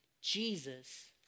Jesus